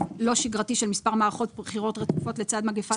לא שגרתי של מספר מערכות בחירות רצופות לצד מגיפת הקורונה.